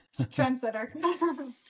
Trendsetter